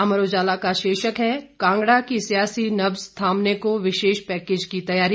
अमर उजाला का शीर्षक है कांगड़ा की सियासी नब्ज थामने को विशेष पैकेज की तैयारी